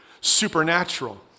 supernatural